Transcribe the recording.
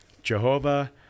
Jehovah